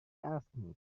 asking